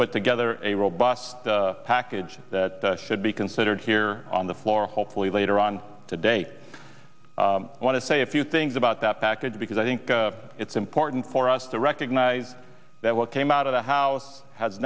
put together a robust package that should be considered here on the floor hopefully later on today i want to say a few things about that package because i think it's important for us to recognize that what came out of the house has